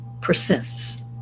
persists